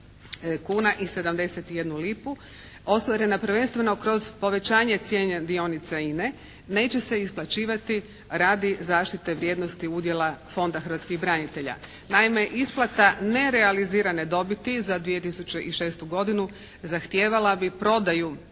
kuna i 71 lipu ostvarena prvenstveno kroz povećanje cijena dionica INA-e neće se isplaćivati radi zaštite vrijednosti udjela Fonda hrvatskih branitelja. Naime, isplata nerealizirane dobiti za 2006. godinu zahtijevala bi prodaju